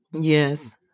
Yes